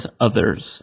Others